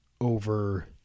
over